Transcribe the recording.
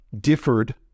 differed